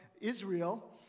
Israel